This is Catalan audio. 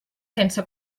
sense